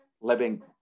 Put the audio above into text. living